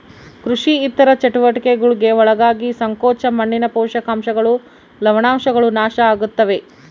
ಕೃಷಿ ಇತರ ಚಟುವಟಿಕೆಗುಳ್ಗೆ ಒಳಗಾಗಿ ಸಂಕೋಚ ಮಣ್ಣಿನ ಪೋಷಕಾಂಶಗಳು ಲವಣಾಂಶಗಳು ನಾಶ ಆಗುತ್ತವೆ